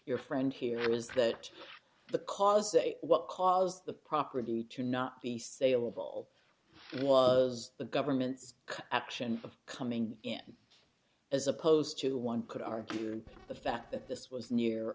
your friend here is that the cause what caused the property to not be saleable was the government's action of coming in as opposed to one could argue the fact that this was near